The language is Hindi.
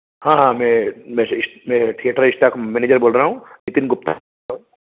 हाँ हाँ मैं मैं इस मैं थिएटर स्टॉक मैनेजर बोल रहा हूँ नितिन गुप्ता